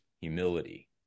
humility